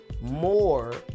more